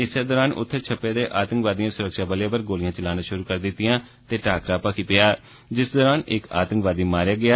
इस्सै दौरान उत्थै छप्पे दे आतंकवादियें सुरक्षाबलें पर गोलियां चलाना शुरु करी दिती ते टाकरा भखी पेया जिस दौरान इक आतंकवादी मारेया गेया